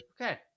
Okay